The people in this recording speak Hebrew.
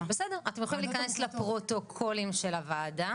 יכולים להיכנס לפרוטוקולים של הוועדה